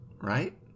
Right